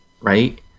right